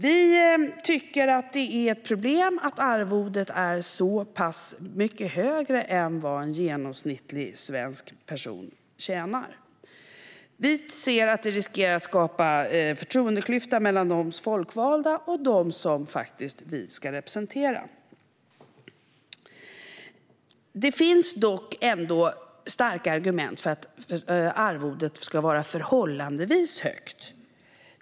Vi tycker att det är ett problem att arvodet är så pass mycket högre än vad en genomsnittlig svensk person tjänar. Vi ser att det riskerar att skapa en förtroendeklyfta mellan oss folkvalda och dem vi faktiskt ska representera. Det finns dock ändå starka argument för att arvodet ska vara förhållandevis högt.